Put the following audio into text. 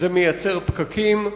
זה מייצר פקקים,